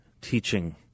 teaching